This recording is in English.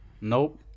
Nope